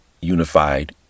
Unified